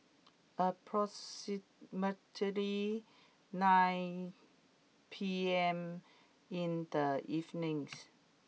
approximately nine P M in the evening